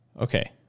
Okay